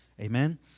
Amen